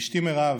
אשתי מירב,